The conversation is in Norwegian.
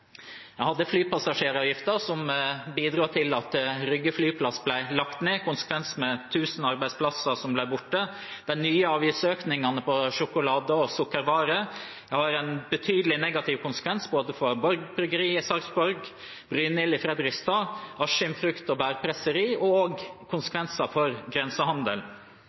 til at Rygge flyplass ble lagt ned, og konsekvensen var at 1 000 arbeidsplasser ble borte. Den nye avgiftsøkningen på sjokolade- og sukkervarer har en betydelig negativ konsekvens for både Borg bryggeri i Sarpsborg, Brynild i Fredrikstad, Askim Frukt- og Bærpresseri og også konsekvenser for grensehandel.